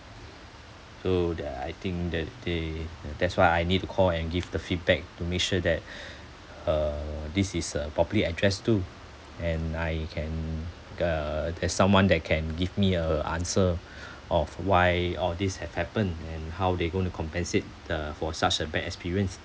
so that I think that they uh that's why I need to call and give the feedback to make sure that uh this is uh properly addressed to and I can uh there's someone that can give me a answer of why all this have happened and how they going to compensate the for such a bad experience